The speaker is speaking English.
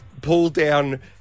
pull-down